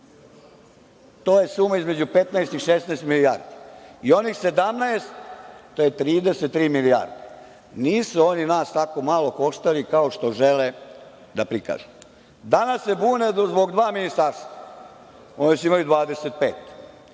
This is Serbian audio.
To je suma između 15 i 16 milijardi i onih 17, to je 33 milijardi. Nisu oni nas tako malo koštali kao što žele da prikažu. Danas se bune zbog dva ministarstva, a oni su imali 25.